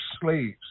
slaves